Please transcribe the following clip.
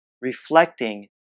reflecting